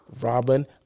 Robin